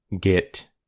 get